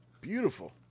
Beautiful